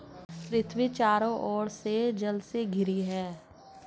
पृथ्वी चारों ओर से जल से घिरी है